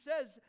says